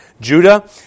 Judah